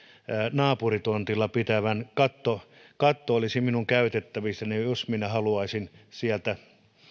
naapuritontilla pitävän katto katto olisi minun käytettävissäni jos haluaisin sieltä